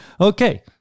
Okay